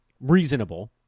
reasonable